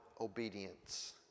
obedience